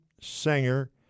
singer